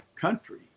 country